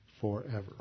forever